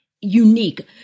unique